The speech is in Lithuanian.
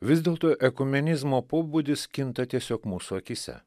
vis dėlto ekumenizmo pobūdis kinta tiesiog mūsų akyse